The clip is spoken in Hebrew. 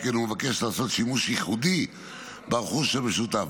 שכן הוא מבקש לעשות שימוש ייחודי ברכוש המשותף.